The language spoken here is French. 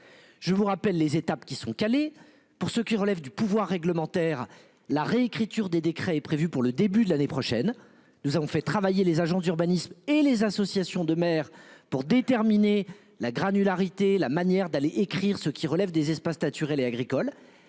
Je vous rappelle les étapes qui sont calés pour ce qui relève du pouvoir réglementaire la réécriture des décrets est prévue pour le début de l'année prochaine. Nous avons fait travailler les agents d'urbanisme et les associations de maires pour déterminer la granularité la manière d'aller écrire ce qui relève des espaces naturels et agricoles.